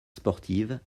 sportive